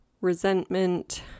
resentment